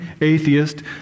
Atheist